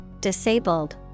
disabled